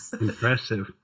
Impressive